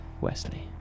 Wesley